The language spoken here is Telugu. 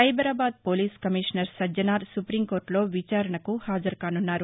సైబరాబాద్ పోలీస్ కమీషనర్ సజ్జనార్ సుపీంకోర్టులో విచారణకు హాజరుకానున్నారు